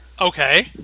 Okay